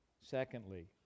Secondly